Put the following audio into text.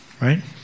Right